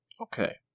Okay